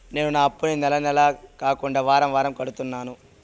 నేను నా అప్పుని నెల నెల కాకుండా వారం వారం కడుతున్నాను